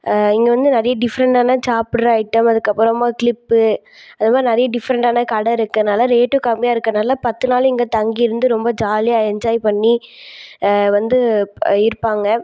இங்கே வந்து நிறைய டிஃபரெண்ட்டான சாப்பிட்ற ஐட்டம் அதுக்கப்பறமாக க்ளிப்பு அதுமாதிரி நிறையா டிஃபரெண்ட்டான இருக்கிறதுனால ரேட்டும் கம்மியாக இருக்கிறனால பத்து நாள் இங்கே தங்கியிருந்து ரொம்ப ஜாலியாக என்ஜாய் பண்ணி வந்து இருப்பாங்க